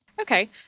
Okay